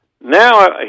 Now